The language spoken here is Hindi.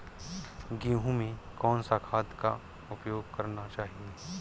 गेहूँ में कौन सा खाद का उपयोग करना चाहिए?